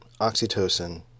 oxytocin